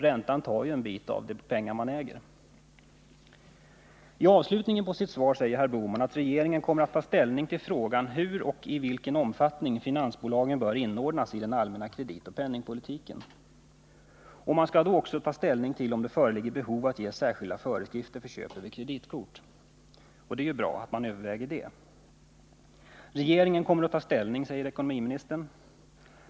Räntan tar ju en del av de pengar man äger. I avslutningen på sitt svar säger herr Bohman att regeringen kommer att ta ställning till frågan hur och i vilken omfattning finansbolagen bör inordnas i den allmänna kreditoch penningpolitiken. Man skall då också ta ställning till om behov föreligger att ge särskilda föreskrifter för köp genom 1 kreditkort, och det är bra. Regeringen kommer alltså i detta avseende att ”ta ställning”, som ekonomiministern uttrycker det.